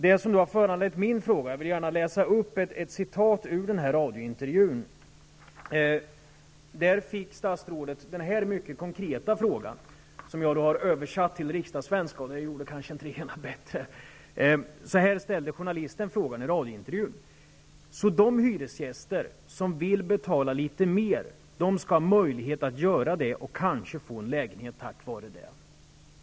Det som har föranlett min fråga är alltså en radiointervju, och jag vill läsa upp ett stycke ur den, översatt till riksdagssvenska -- det gör kanske inte det hela bättre. Journalisten ställde frågan så här: Så de hyresgäster som vill betala litet mer skall ha möjlighet att göra det och kanske få en lägenhet tack vare det?